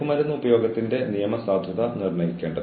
അവരിൽ നിന്ന് പ്രതീക്ഷിക്കുന്നതെന്തും ചെയ്യാൻ അവരെ സഹായിക്കുന്നു